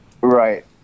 Right